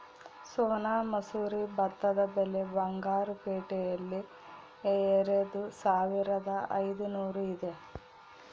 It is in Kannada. ಸೋನಾ ಮಸೂರಿ ಭತ್ತದ ಬೆಲೆ ಬಂಗಾರು ಪೇಟೆಯಲ್ಲಿ ಎರೆದುಸಾವಿರದ ಐದುನೂರು ಇದೆ